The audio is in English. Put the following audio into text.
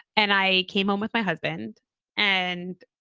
and i came home with my husband and.